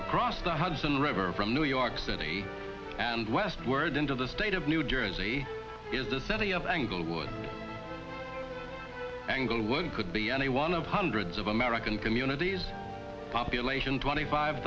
across the hudson river from new york city and westward into the state of new jersey is the city of angle angling could be any one of hundreds of american communities population twenty five